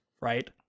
right